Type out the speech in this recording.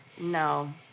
No